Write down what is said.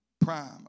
prime